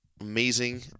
amazing